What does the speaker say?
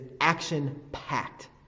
action-packed